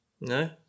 no